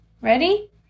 ready